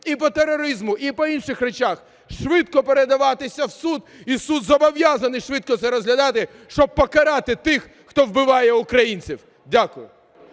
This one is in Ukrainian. і по тероризму, і по інших речах, швидко передаватися в суд, і суд зобов'язаний швидко це розглядати, щоб покарати тих, хто вбиває українців. Дякую.